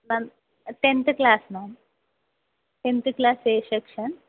ma'am tenth class ma'am tenth class A section